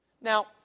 Now